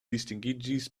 distingiĝis